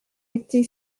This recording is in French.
été